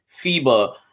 FIBA